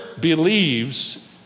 believes